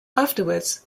afterwards